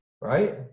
right